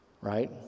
right